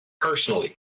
personally